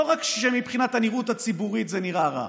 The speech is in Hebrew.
רק מבחינת הנראות הציבורית זה נראה רע,